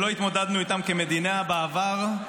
שלא התמודדנו איתם כמדינה בעבר.